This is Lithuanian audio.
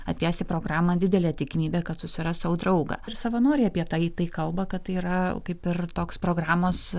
atėjęs į programą didelė tikimybė kad susiras sau draugą ir savanoriai apie tai tai kalba kad tai yra kaip ir toks programos